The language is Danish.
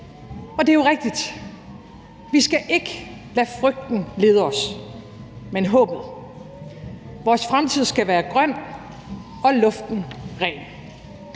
Og det er jo rigtigt: Vi skal ikke lade frygten lede os – men håbet. Vores fremtid skal være grøn, og luften ren.